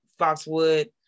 Foxwood